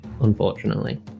unfortunately